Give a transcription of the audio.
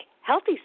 healthy